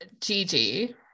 Gigi